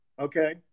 Okay